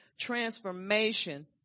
Transformation